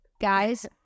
Guys